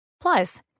Plus